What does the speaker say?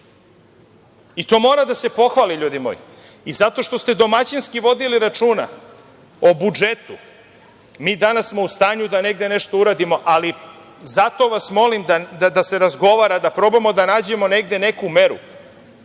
To mora da se pohvali, ljudi moji.I zato što ste domaćinski vodili računa o budžetu, mi smo danas u stanju da negde nešto uradimo, ali zato vas molim da se razgovara, da probamo da nađemo negde neku meru,